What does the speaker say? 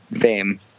fame